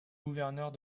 gouverneurs